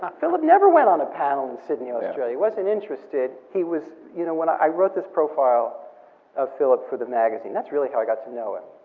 ah philip never went on a panel in sydney, australia. he wasn't interested. he was, you know, when i wrote this profile of philip for the magazine, that's really how i got to know him,